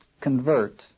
convert